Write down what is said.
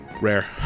Rare